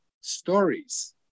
stories